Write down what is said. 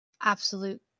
absolute